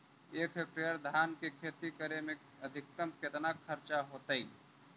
एक हेक्टेयर धान के खेती करे में अधिकतम केतना खर्चा होतइ?